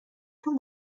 تون